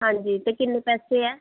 ਹਾਂਜੀ ਅਤੇ ਕਿੰਨੇ ਪੈਸੇ ਹੈ